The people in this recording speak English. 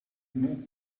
know